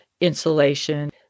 insulation